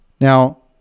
Now